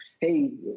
hey